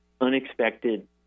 unexpected